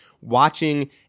watching